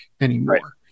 anymore